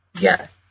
Yes